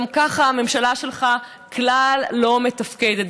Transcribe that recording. גם ככה הממשלה שלך כלל לא מתפקדת.